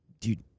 Dude